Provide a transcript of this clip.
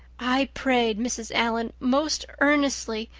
i prayed, mrs. allan, most earnestly,